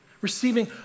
receiving